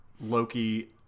Loki